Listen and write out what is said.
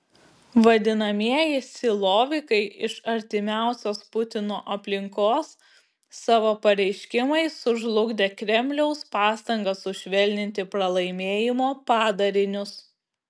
vadinamieji silovikai iš artimiausios putino aplinkos savo pareiškimais sužlugdė kremliaus pastangas sušvelninti pralaimėjimo padarinius